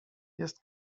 jest